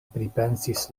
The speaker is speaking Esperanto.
pripensis